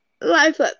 life